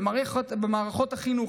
ובמערכות החינוך,